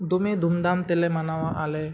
ᱫᱚᱢᱮ ᱫᱷᱩᱢᱫᱷᱟᱢ ᱛᱮᱞᱮ ᱢᱟᱱᱟᱣᱟ ᱟᱞᱮ